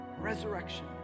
Resurrection